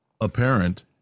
apparent